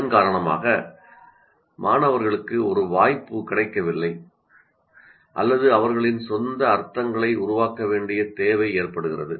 இதன் காரணமாக மாணவர்களுக்கு ஒரு வாய்ப்பு கிடைக்கவில்லை அல்லது அவர்களின் சொந்த அர்த்தங்களை உருவாக்க வேண்டிய தேவை ஏற்படுகிறது